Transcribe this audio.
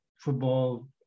football